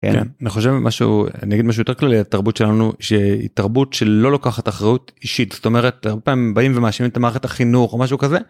אני חושב משהו נגיד משהו יותר כללי התרבות שלנו שהיא תרבות שלא לוקחת אחראיות אישית זאת אומרת הרבה פעמים באים ומאשימים את מערכת החינוך או משהו כזה.